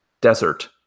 desert